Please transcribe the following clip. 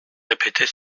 répéter